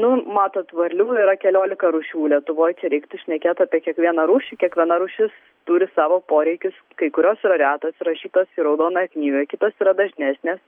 nu matot varlių yra keliolika rūšių lietuvoj čia reiktų šnekėt apie kiekvieną rūšį kiekviena rūšis turi savo poreikius kai kurios yra retos įrašytos į raudonąją knygą kitos yra dažnesnės